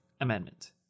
amendment